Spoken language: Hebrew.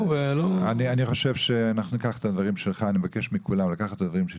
אני מבקש מכולם לקחת את הדברים של